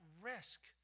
risk